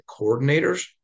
coordinators